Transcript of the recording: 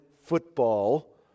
football